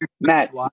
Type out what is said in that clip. Matt